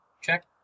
check